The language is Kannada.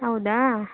ಹೌದಾ